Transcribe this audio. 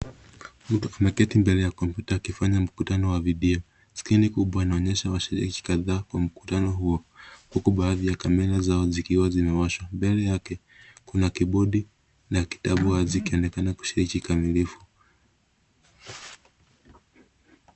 Mtu ameketi mbele ya kompyuta akifanya mkutano wa video. Skrini kubwa inaonyesha washiriki kadhaa kwa mkutano huo, huku baadhi ya kamera zao zikiwa zimewashwa. Mbele yake, kuna kibodi na kitabu wazi ikionekana kusikechi kamilifu.